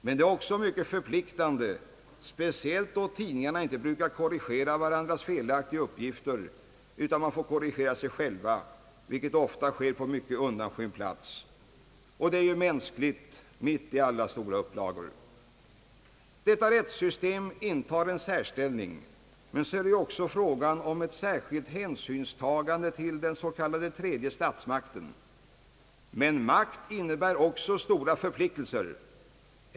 Men det är också mycket förpliktande, speciellt då tidningarna inte brukar korrigera varandras felaktiga uppgifter utan får korrigera sig själva, vilket ofta sker på mycket undanskymd plats. Och det är mänskligt mitt i alla stora upplagor! Detta rättssystem intar en särställning — men så är det ju också frågan om ett särskilt hänsynstagande till den s.k. »tredje statsmakten». Makt innebär emellertid också stora förpliktelser.